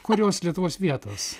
kurios lietuvos vietos